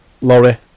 Laurie